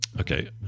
Okay